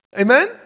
amen